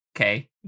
okay